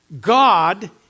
God